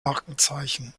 markenzeichen